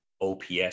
OPS